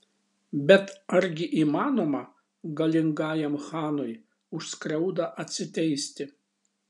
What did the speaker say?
bet argi įmanoma galingajam chanui už skriaudą atsiteisti